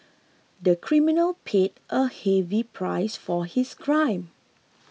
the criminal paid a heavy price for his crime